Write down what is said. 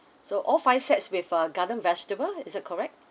so all five sets with uh garden vegetable is that correct